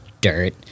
dirt